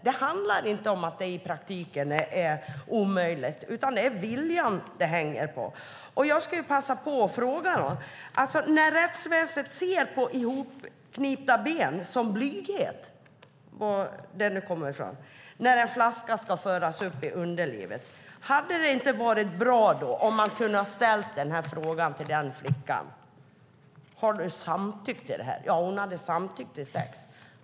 Det handlar inte om att något är omöjligt i praktiken, utan det hänger på viljan. Jag skulle vilja passa på att fråga: När rättväsendet ser på ihopknipta ben som blyghet - var det nu kommer ifrån - när en flaska ska föras upp i underlivet, hade det då inte varit bra om man hade kunnat fråga den flickan: Har du samtyckt till det här? Ja, hon hade samtyckt till sex.